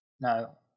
No